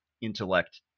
intellect